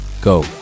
go